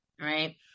Right